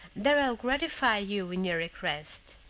there i will gratify you in your request.